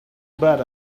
bad